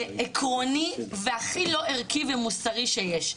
עקרוני והכי לא ערכי ומוסרי שיש.